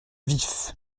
vif